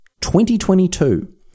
2022